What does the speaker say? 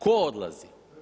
Ko odlazi?